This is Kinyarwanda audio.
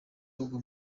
bagwa